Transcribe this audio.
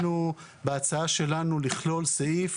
בהצעה שלנו מוצע לכלול סעיף